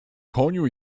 koniu